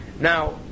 Now